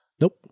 Nope